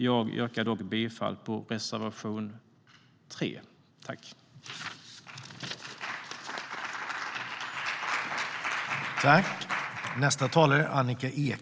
Jag yrkar dock bifall till reservation 3.